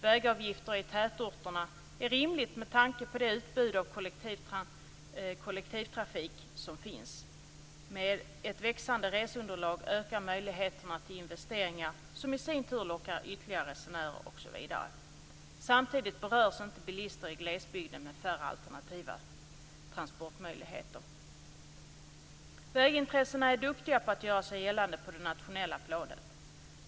Vägavgifter i tätorterna är rimligt med tanke på det utbud av kollektivtrafik som finns. Med ett växande reseunderlag ökar möjligheterna till investeringar, som i sin tur lockar ytterligare resenärer osv. Samtidigt berörs inte bilister i glesbygden med färre alternativa transportmöjligheter. Vägintressena är duktiga på att göra sig gällande på det nationella planet.